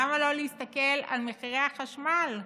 למה לא להסתכל על מחירי החשמל בעולם?